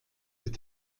ist